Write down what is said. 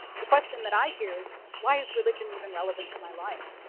the question that i hear is, why is religion even relevant to my life?